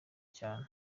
cyane